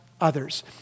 others